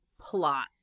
plot